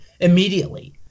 immediately